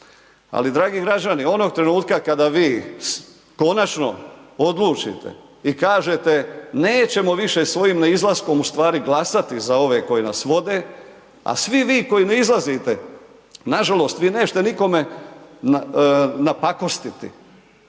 Ali dragi građani, onog trenutka kada vi konačno odlučite i kažete nećemo više svojim neizlaskom ustvari glasati za ove koji nas vode, a svi vi koji ne izlazite, nažalost, vi nećete nikome napakostiti.